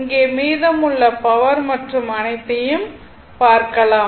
இங்கே மீதமுள்ள பவர் மற்றும் அனைத்தையும் இங்கே பார்க்கலாம்